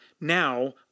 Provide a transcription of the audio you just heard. Now